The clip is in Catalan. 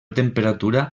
temperatura